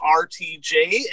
RTJ